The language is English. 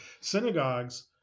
Synagogues